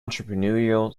entrepreneurial